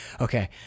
okay